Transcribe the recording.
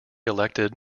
elected